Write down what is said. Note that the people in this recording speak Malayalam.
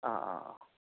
ആ ആ